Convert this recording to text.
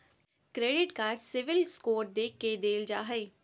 credit card CIBIL score देख के देल जा हइ